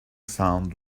sound